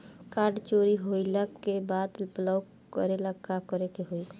Card चोरी होइला के बाद ब्लॉक करेला का करे के होई?